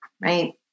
right